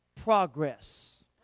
progress